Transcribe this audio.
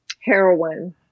heroin